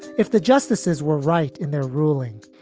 if the justices were right in their rulings,